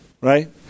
right